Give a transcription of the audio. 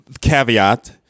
caveat